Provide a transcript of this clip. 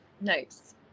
nice